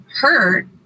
hurt